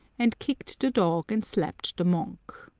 and kicked the dog and slapped the monk.